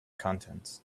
contents